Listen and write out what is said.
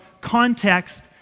context